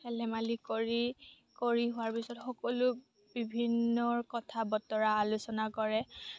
খেল ধেমালি কৰি কৰি হোৱাৰ পাছত বিভিন্ন কথা বতৰা আলোচনা কৰে